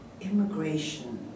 immigration